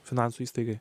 finansų įstaigai